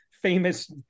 famous